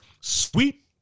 Sweet